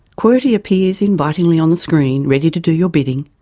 qwerty appears invitingly on the screen ready to do your bidding.